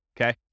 Okay